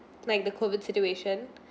like the COVID situation